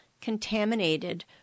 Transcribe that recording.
contaminated